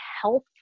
health